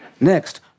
Next